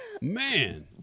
Man